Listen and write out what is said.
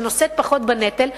שנושאת פחות בנטל,